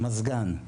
מזגן,